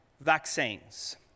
vaccines